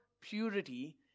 purity